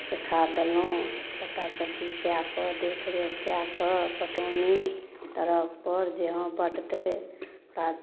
से खाद देलहुँ सबटा सब चीज कए कऽ देख रेख कए कऽ पटौनी तरफपर जे हँ पटतै ओकरा